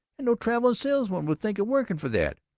and no traveling salesman would think of working for that.